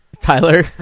Tyler